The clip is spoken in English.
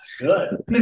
Good